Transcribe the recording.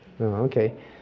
Okay